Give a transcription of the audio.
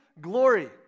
glory